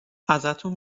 ازتون